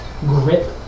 grip